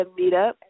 Meetup